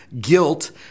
guilt